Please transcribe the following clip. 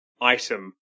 item